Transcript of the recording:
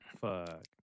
Fuck